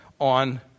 on